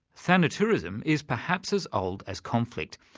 thanatourism is perhaps as old as conflict,